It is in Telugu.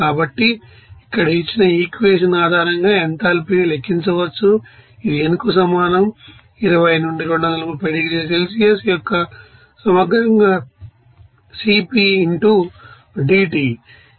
కాబట్టి ఇక్కడ ఇచ్చిన ఈ ఇక్వేషన్ ఆధారంగా ఎంథాల్పీని లెక్కించవచ్చు ఇది n కు సమానం 20 నుండి 230 డిగ్రీల సెల్సియస్ యొక్క సమగ్రంగా Cp ఇంటూ dT